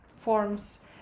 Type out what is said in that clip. forms